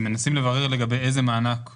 הם מנסים לברר לגבי איזה מענק הכוונה.